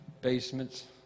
basements